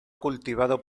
cultivado